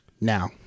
Now